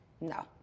no